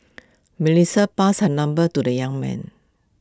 Melissa passed her number to the young man